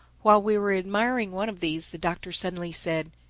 while we were admiring one of these the doctor suddenly said,